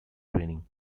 training